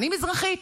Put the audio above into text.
אני מזרחית,